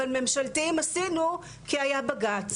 אבל ממשלתיים עשינו כי היה בג"צ.